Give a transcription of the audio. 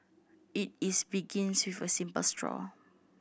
it is begins with a simple straw